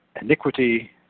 iniquity